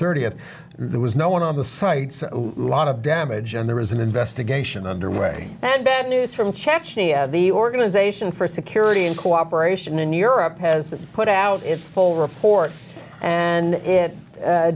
thirtieth there was no one on the site lot of damage in the recent investigation underway and bad news from chechnya the organization for security and cooperation in europe has put out its full report and it